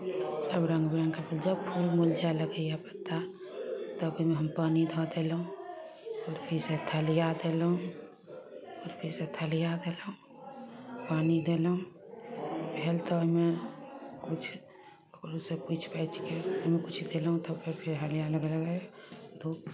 सब रङ्ग बिरङ्गके जब फूल मुरझाइ लगैए पत्ता तब ओइमे हम पानि धऽ देलहुँ खुरपी से थलिया देलहुँ खुरपीसँ थलिया देलहुँ पानि देलहुँ भेल तऽ ओइमे किछु ककरोसँ पुछि पाछिके ओइमे किछु देलहुँ तब पर फेर हरियाइ लगलै धूप